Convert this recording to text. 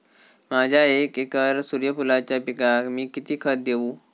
माझ्या एक एकर सूर्यफुलाच्या पिकाक मी किती खत देवू?